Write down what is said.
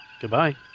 Goodbye